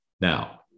Now